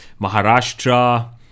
Maharashtra